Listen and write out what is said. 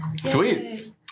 Sweet